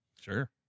Sure